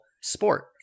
sport